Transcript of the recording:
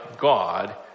God